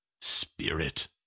spirit